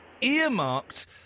earmarked